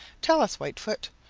tell us, whitefoot,